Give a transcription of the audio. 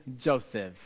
Joseph